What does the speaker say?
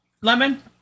Lemon